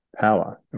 power